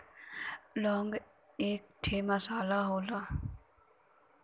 लौंग एक ठे मसाला होला